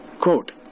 Quote